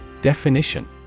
Definition